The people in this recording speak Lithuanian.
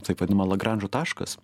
taip vadinama lagranžo taškas